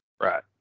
Right